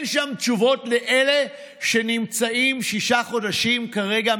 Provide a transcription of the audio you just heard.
אין שם תשובות לאלה שנמצאים שישה חודשים כרגע,